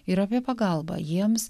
ir apie pagalbą jiems